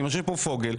יושב פה פוגל,